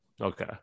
okay